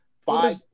five